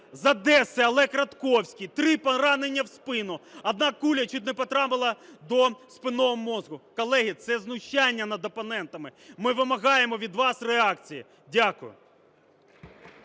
з Одеси Олег Радковський – три поранення в спину, одна куля чуть не потрапила до спинного мозку. Колеги, це знущання над опонентами. Ми вимагаємо від вас реакції. Дякую.